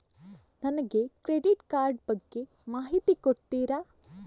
ನನಗೆ credit card ಬಗ್ಗೆ ಮಾಹಿತಿ ಕೊಡುತ್ತೀರಾ?